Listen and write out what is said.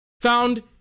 found